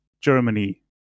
Germany